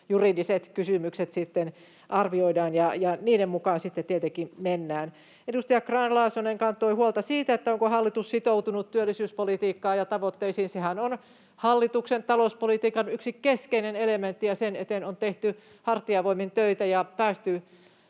kysymykset sitten arvioidaan, ja niiden mukaan sitten tietenkin mennään. Edustaja Grahn-Laasonen kantoi huolta siitä, onko hallitus sitoutunut työllisyyspolitiikkaan ja -tavoitteisiin. Sehän on hallituksen talouspolitiikan yksi keskeinen elementti, ja sen eteen on tehty hartiavoimin töitä ja päästy